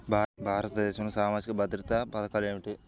భారతదేశంలో సామాజిక భద్రతా పథకాలు ఏమిటీ?